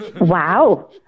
Wow